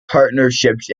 partnerships